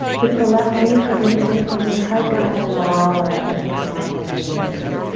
with the left knee hugging in towards your heart, go ahead and allow the right knee to come up and meet it.